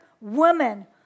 women